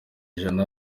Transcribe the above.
ijana